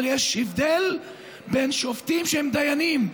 אבל יש הבדל בין שופטים שהם דיינים,